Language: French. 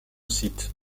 site